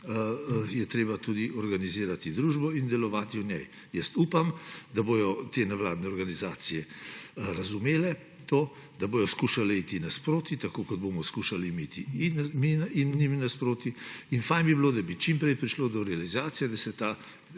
je treba tudi organizirati družbo in delovati v njej. Upam, da bodo te nevladne organizacije razumele to, da bodo skušale iti nasproti, tako kot bomo skušali iti mi njim nasproti in fino bi bilo, če bi čim prej prišlo do realizacije, da se ta